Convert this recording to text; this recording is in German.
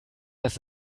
dass